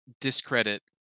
discredit